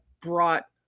brought